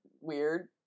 weird